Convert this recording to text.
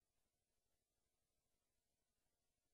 ובשומרון, בחבל-עזה.